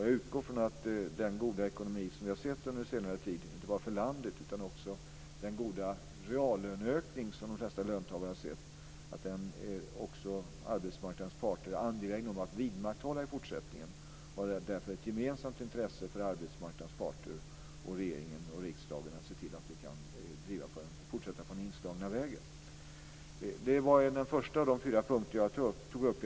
Jag utgår från att den goda ekonomi som vi har sett under senare tid, inte bara för landet utan också den goda reallöneökning som de flesta löntagare har sett, är också arbetsmarknadens parter angelägna om att vidmakthålla i fortsättningen. Det är därför ett gemensamt intresse för arbetsmarknadens parter, regeringen och riksdagen att se till att vi kan fortsätta på den inslagna vägen. Det var den första av de fyra punkter jag tog upp.